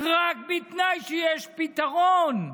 רק בתנאי שיש פתרון.